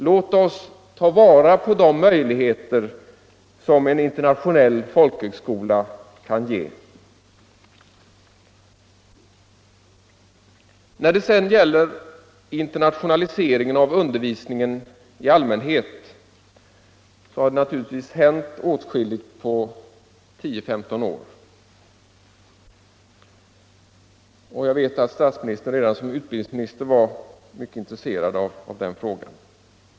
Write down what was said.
Låt oss ta vara på de möjligheter som en internationell folkhögskola kan ge. När det sedan gäller internationaliseringen av undervisningen i allmänhet har det naturligtvis hänt åtskilligt på 10-15 år, och jag vet att statsministern redan som utbildningsminister var mycket intresserad av den frågan.